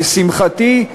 לשמחתי,